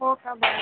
हो का बरं